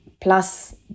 plus